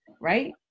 right